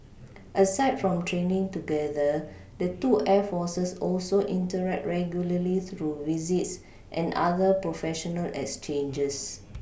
aside from training together the two air forces also interact regularly through visits and other professional exchanges